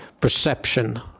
perception